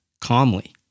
calmly